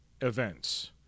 events